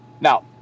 Now